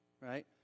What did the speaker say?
Right